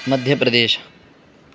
Madhya Pradesh